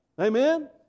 amen